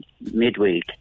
midweek